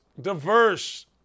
diverse